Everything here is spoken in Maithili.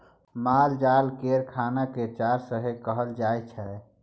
मालजाल केर खाना केँ चारा सेहो कहल जाइ छै